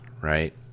right